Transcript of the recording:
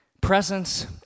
presence